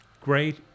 great